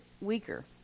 weaker